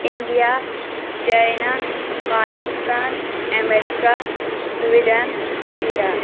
India China Pakistan America Sweden Iraq